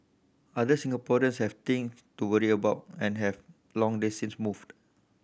other Singaporeans have things to worry about and have long they since moved